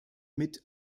mit